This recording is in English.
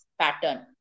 pattern